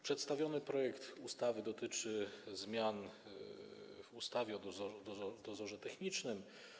Przedstawiony projekt ustawy dotyczy zmian w ustawie o dozorze technicznym.